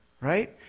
Right